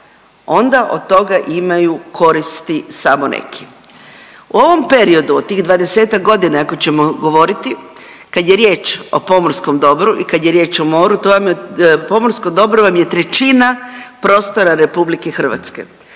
onda od toga imaju koristi samo neki. U ovom periodu od tih dvadesetak godina i ako ćemo govoriti kad je riječ o pomorskom dobru i kad je riječ o moru, pomorsko dobro vam je trećina prostora Republike Hrvatske.